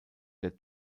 der